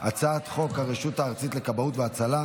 חוק התגמולים לנפגעי פעולות איבה (תיקון,